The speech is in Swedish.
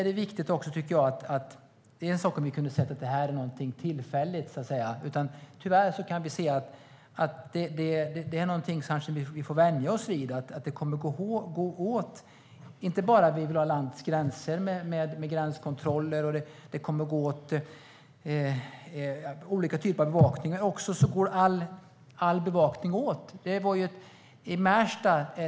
Det är en sak om vi kan säga att det är fråga om något tillfälligt, men tyvärr är det här något som vi får vänja oss vid. Det kommer att bli fråga om gränskontroller vid landets gränser och olika typer av bevakning. Då går alla bevakningsresurser åt.